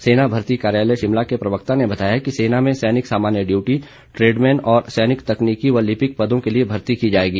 सेना भर्ती कार्यालय शिमला के प्रवक्ता ने बताया कि सेना में सैनिक सामान्य ड्यूटी ट्रेडमैन और सैनिक तकनीकि व लिपिक पदों के लिए भर्ती की जाएगी